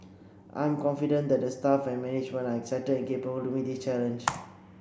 I am confident that the staff and management are excited and capable to meet this challenge